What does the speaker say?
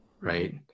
right